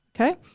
Okay